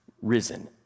risen